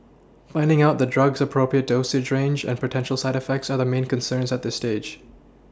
finding out the drug's appropriate dosage range and potential side effects are main concerns at this stage